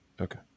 Okay